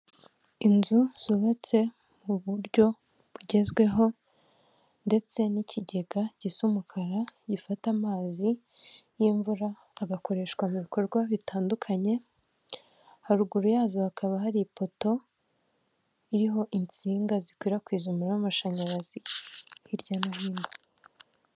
Inzu zubatse mu buryo bugezweho ndetse n'ikigega gisa umukara gifata amazi y'imvura agakoreshwa mu bikorwa bitandukanye, haruguru yazo hakaba hari ipoto iriho insinga zikwirakwiza umuriro w'amashanyarazi hirya no hino.